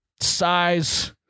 size